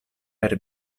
per